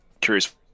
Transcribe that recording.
curious